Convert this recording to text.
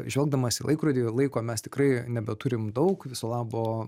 žvelgdamas į laikrodį laiko mes tikrai nebeturim daug viso labo